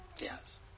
yes